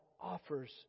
offers